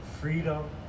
Freedom